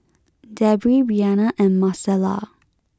Debby Briana and Marcella